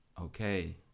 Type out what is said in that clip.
okay